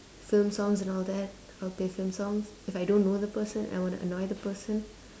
film songs and all that I'll play film songs if I don't know the person and I wanna annoy the person